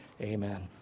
Amen